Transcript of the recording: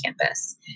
campus